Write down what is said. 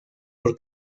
por